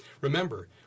Remember